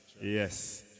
Yes